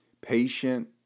patient